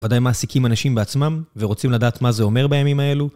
ודאי מעסיקים אנשים בעצמם, ורוצים לדעת מה זה אומר בימים האלו.